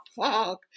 fuck